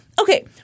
Okay